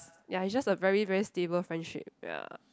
ya it's just a very very stable friendship ya